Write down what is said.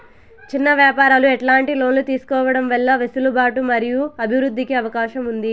చిన్న వ్యాపారాలు ఎట్లాంటి లోన్లు తీసుకోవడం వల్ల వెసులుబాటు మరియు అభివృద్ధి కి అవకాశం ఉంది?